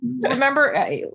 remember